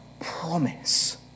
promise